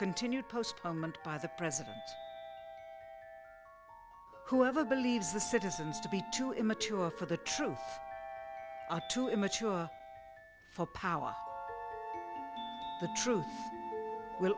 continued postponement by the president whoever believes the citizens to be too immature for the truth too immature for power the truth will